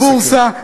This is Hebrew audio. דלק לבורסה.